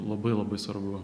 labai labai svarbu